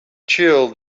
chill